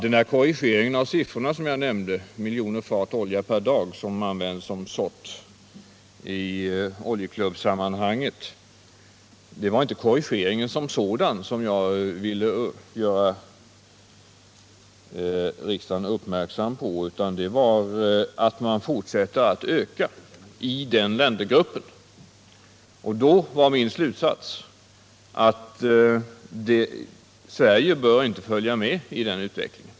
Den korrigering av siffrorna jag gjorde beträffande miljoner fat olja per dag och som används i oljeklubbsammanhanget var inte bara en korrigering som sådan, vilken jag ville fästa riksdagens uppmärksamhet på, utan det gällde att man fortsätter att öka i den gruppen av länder. Min slutsats var då att Sverige inte bör följa med i den utvecklingen.